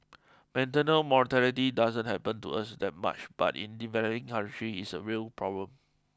maternal mortality doesn't happen to us that much but in developing countries is a real problem